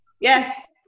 Yes